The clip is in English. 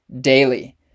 Daily